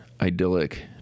idyllic